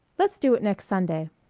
let's do it next sunday.